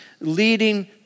leading